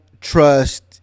trust